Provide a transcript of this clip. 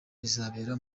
bizabera